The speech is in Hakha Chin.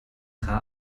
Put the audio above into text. kha